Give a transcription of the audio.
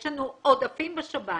יש לנו עודפים בשב"נים,